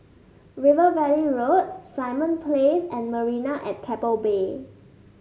River Valley Road Simon Place and Marina at Keppel Bay